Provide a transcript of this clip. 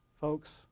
folks